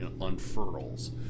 unfurls